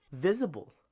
visible